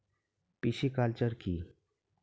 Pisciculture কি?